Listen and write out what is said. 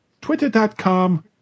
Twitter.com